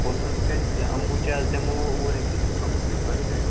ہُتھ حظ گژھِ نہٕ امبوٗجاہس دِمو وُہ رۄپیہِ ڈِسکاوُنٛٹ تۄہہِ پٔر بیگ